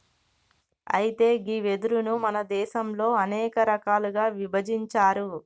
అయితే గీ వెదురును మన దేసంలో అనేక రకాలుగా ఇభజించారు